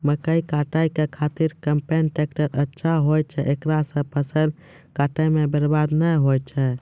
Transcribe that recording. मकई काटै के खातिर कम्पेन टेकटर अच्छा होय छै ऐकरा से फसल काटै मे बरवाद नैय होय छै?